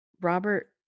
Robert